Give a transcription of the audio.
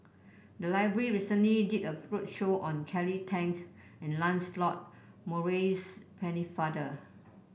the library recently did a roadshow on Kelly Tang and Lancelot Maurice Pennefather